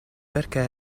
perché